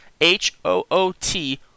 H-O-O-T